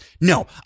No